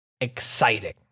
exciting